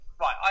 right